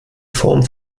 form